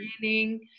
training